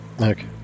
Okay